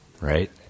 right